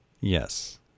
Yes